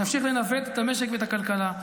נמשיך לנווט את המשק ואת הכלכלה.